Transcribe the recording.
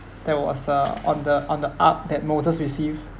that was uh on the on the ark that moses received